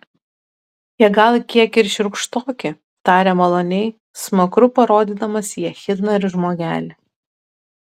jie gal kiek ir šiurkštoki tarė maloniai smakru parodydamas į echidną ir žmogelį